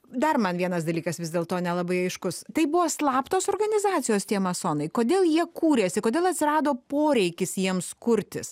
dar man vienas dalykas vis dėlto nelabai aiškus tai buvo slaptos organizacijos tie masonai kodėl jie kūrėsi kodėl atsirado poreikis jiems kurtis